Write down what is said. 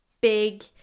big